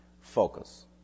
Focus